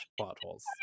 potholes